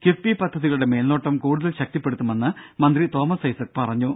കിഫ്ബി പദ്ധതികളുടെ മേൽനോട്ടം കൂടുതൽ ശക്തിപ്പെടുത്തുമെന്ന് മന്ത്രി തോമസ് ഐസക് പറഞ്ഞു